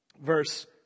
Verse